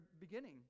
beginning